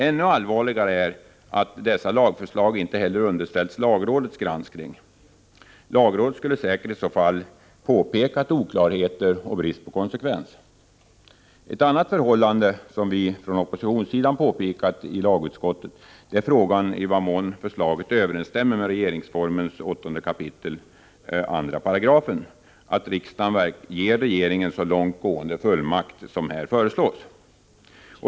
Ännu allvarligare är att dessa lagförslag inte heller har underställts lagrådet för granskning. Lagrådet skulle säkert i så fall ha påpekat oklarheter och brist på konsekvens. En annan fråga, som vi från oppositionen har tagit upp i lagutskottet, är i vad mån det överensstämmer med regeringsformens 8 kap. 2 § att riksdagen ger regeringen så långt gående fullmakt som här föreslås.